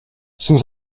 sus